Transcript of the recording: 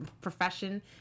profession